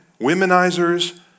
womenizers